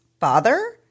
father